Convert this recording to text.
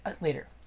later